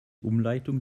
umleitung